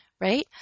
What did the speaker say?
right